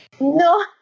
No